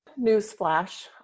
Newsflash